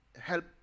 help